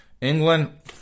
England